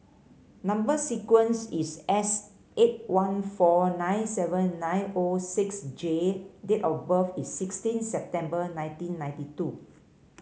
number sequence is S eight one four nine seven nine O six J date of birth is sixteen September nineteen ninety two